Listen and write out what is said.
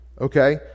Okay